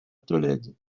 tolède